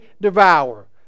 devour